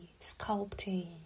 sculpting